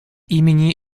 имени